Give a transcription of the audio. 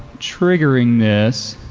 triggering this.